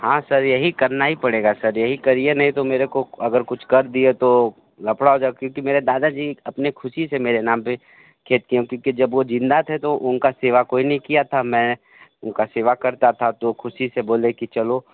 हाँ सर यही करना ही पड़ेगा सर यही करिए नहीं तो मेरे को अगर कुछ कर दिए तो लफ़ड़ा हो जाएगा क्योंकि मेरे दादाजी अपनी खुशी से मेरे नाम पे खेत किए क्योंकि जब वो ज़िंदा थे तो उनका सेवा कोई नहीं किया था मैं उनका सेवा करता था तो खुशी से बोले की चलो